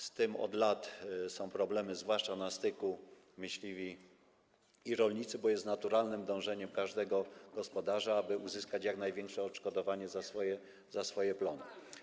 Z tym są problemy od lat, zwłaszcza na styku myśliwi i rolnicy, bo jest naturalnym dążeniem każdego gospodarza, aby uzyskać jak największe odszkodowanie za swoje plony.